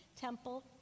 temple